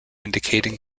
indicating